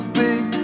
big